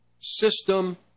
system